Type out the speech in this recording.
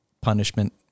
punishment